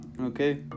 Okay